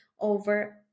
over